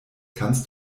kannst